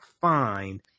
find